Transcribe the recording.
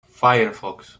firefox